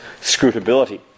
scrutability